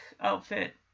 outfit